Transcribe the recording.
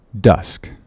Dusk